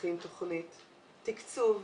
להכין תוכנית תקצוב.